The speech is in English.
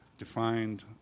defined